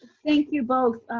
thank you both,